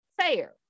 Fair